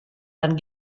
dann